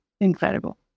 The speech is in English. incredible